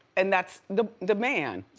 and that's the the man.